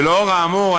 ולאור האמור,